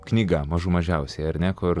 knyga mažų mažiausiai ar ne kur